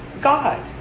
God